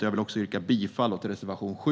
Jag yrkar bifall till reservation 7.